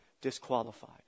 disqualified